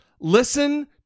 Listen